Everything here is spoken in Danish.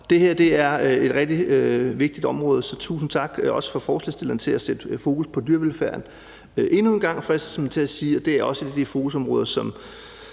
Det her er et rigtig vigtigt område, så tusind tak til forslagsstillerne for at sætte fokus på dyrevelfærden endnu en gang, fristes man til at sige. Det er også et af de fokusområder, som